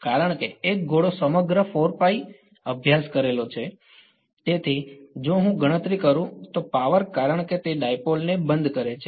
કારણ કે એક ગોળો સમગ્ર અભ્યાસ કરેલો છે તેથી જો હું ગણતરી કરું તો પાવર કારણ કે તે ડાઈપોલ ને બંધ કરે છે